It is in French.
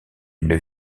une